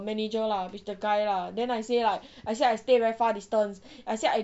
manager lah with the guy lah then I say like I say I stay very far distance I said I